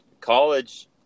college